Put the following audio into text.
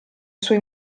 suoi